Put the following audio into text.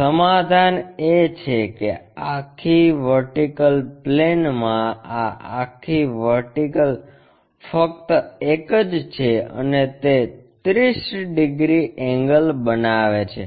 સમાધાન એ છે કે આખી વર્ટિકલ પ્લેનમાં આ આખી વર્ટિકલ ફક્ત એક જ છે અને તે 30 ડિગ્રી એંગલ બનાવે છે